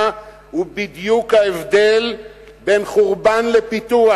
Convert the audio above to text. הוא בדיוק ההבדל בין חורבן לפיתוח.